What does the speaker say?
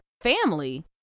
family